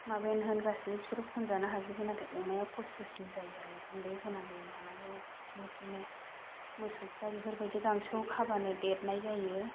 माबायानो होन गासैबो बिसोरो खनजानो हाजोबो नाथाय अमाया खस्त'सिन जायो आरो गुन्दै होनांगौ मानांगौ फारसेनिफ्रायनो मोसौफोरा बेफोरबायदि गांसोआव खाबानो देरनाय जायो